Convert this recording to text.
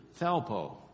Thalpo